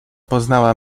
poznała